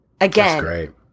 Again